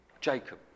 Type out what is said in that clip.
Jacob